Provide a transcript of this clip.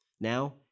Now